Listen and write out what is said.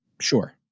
Sure